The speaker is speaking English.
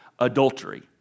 Adultery